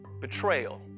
Betrayal